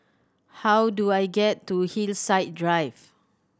how do I get to Hillside Drive